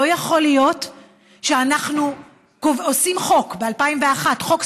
לא יכול להיות שאנחנו עושים ב-2001 חוק,